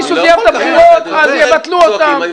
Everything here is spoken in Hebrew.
מישהו זיהם את הבחירות אז יבטלו אותן.